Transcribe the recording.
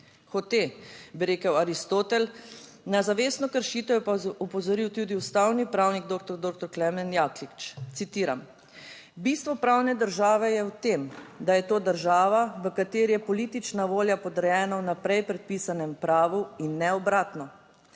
Hote, bi rekel Aristotel, na zavestno kršitev je pa opozoril tudi ustavni pravnik doktor doktor Klemen Jaklič, citiram: "Bistvo pravne države je v tem, da je to država, v kateri je politična volja podrejena vnaprej predpisanem pravu in ne obratno,